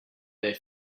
their